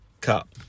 Cup